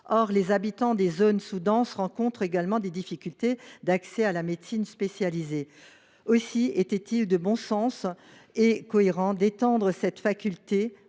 Or les habitants des zones sous denses rencontrent également des difficultés d’accès à la médecine spécialisée. Il semble donc de bon sens et cohérent d’étendre cette faculté